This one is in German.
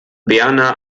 berner